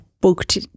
booked